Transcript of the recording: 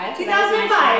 2005